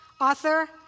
Author